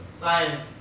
science